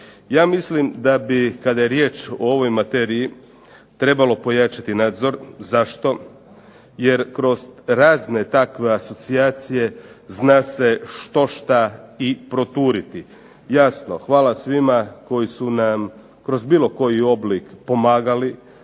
Ja mislim da bi kada je riječ o ovoj materiji trebalo pojačati nadzor. Zašto? Jer kroz razne takve asocijacije zna se štošta i proturiti. Jasno, hvala svima koji su nam kroz bilo koji oblik pomagali